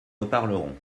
reparlerons